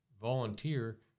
Volunteer